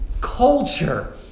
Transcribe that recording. culture